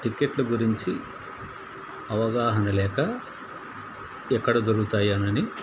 టికెట్ల గురించి అవగాహన లేక ఎక్కడ దొరుకుతాయానని